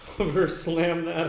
hoverslam that